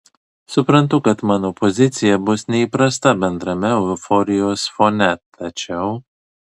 suprantu kad mano pozicija bus neįprasta bendrame euforijos fone tačiau